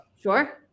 Sure